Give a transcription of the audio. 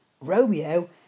Romeo